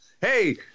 Hey